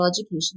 education